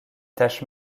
tâches